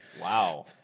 Wow